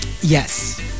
Yes